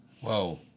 Whoa